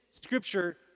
scripture